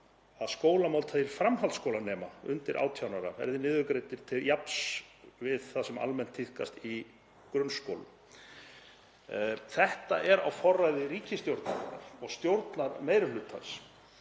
að skólamáltíðir framhaldsskólanema undir 18 ára verði niðurgreiddar til jafns við það sem almennt tíðkast í grunnskólum. Þetta er á forræði ríkisstjórnarinnar og stjórnarmeirihlutans